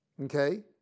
okay